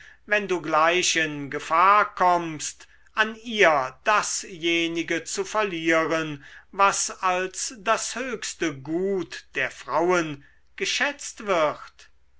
wenn du gleich in gefahr kommst an ihr dasjenige zu verlieren was als das höchste gut der frauen geschätzt wird